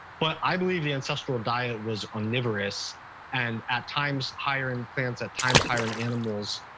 but i believe the ancestral diet was omnivorous and at times higher in plants, at times higher in animals,